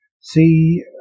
See